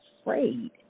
afraid